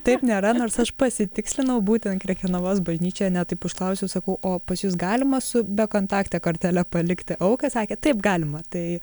taip nėra nors aš pasitikslinau būtent krekenavos bažnyčioje ne taip užklausiau sakau o pas jus galima su bekontakte kortele palikti auką sakė taip galima tai